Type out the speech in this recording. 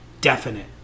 definite